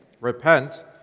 Repent